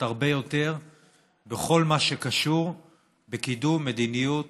הרבה יותר בכל מה שקשור בקידום מדיניות